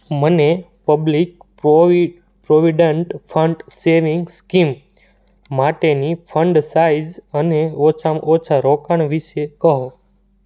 મને public provident fund savings scheme માટેની fund size અને ઓછામાં ઓછા રોકાણ વિશે કહો